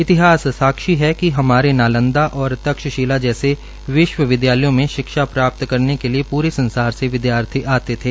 इतिहास साक्षी है कि हमारे नालंदा और तक्षशिला जैसे विश्वविदयालयों में शिक्षा प्राप्त करने के लिए पूरे संसार से विद्यार्थी आते थे